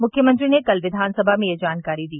मुख्यमंत्री ने कल विधानसभा में यह जानकारी दी